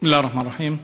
בסם אללה א-רחמאן א-רחים.